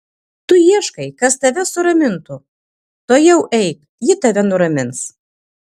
tu ieškai kas tave suramintų tuojau eik ji tave nuramins